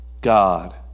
God